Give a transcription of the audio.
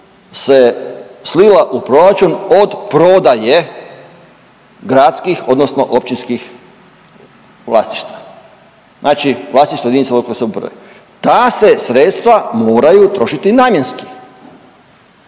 se slila u proračun od prodaje gradskih odnosno općinskih vlasništva, znači vlasništva jedinica lokalne samouprave. Ta se sredstva moraju trošiti namjenski.